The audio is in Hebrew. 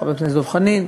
חבר הכנסת דב חנין,